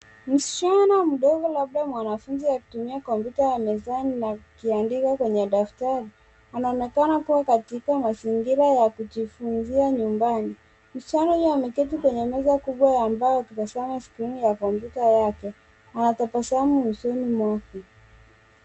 Msichana mdogo labda mwanafunzi akitumia kompyuta ya mezani na akiandika kwenye daftari anaonekana kua katika mazingira ya kujifunzia nyumbani. Msichana huyo ameketi kwenye meza kubwa ya mbao akitazama skrini ya kompyuta yake anatabasamu usoni mwake.